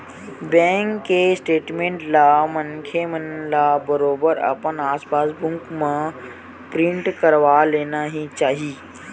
bank के statement ला मनखे मन ल बरोबर अपन पास बुक म प्रिंट करवा लेना ही चाही